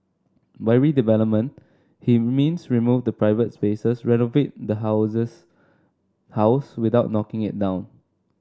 by redevelopment he means remove the private spaces renovate the houses house without knocking it down